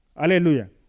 Hallelujah